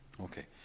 okay